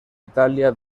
italia